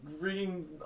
reading